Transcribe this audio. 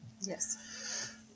Yes